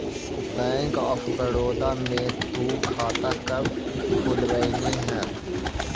bank of Baroda में तु खाता कब खुलवैल्ही हल